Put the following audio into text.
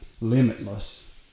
limitless